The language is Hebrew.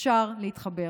אפשר להתחבר.